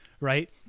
right